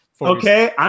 Okay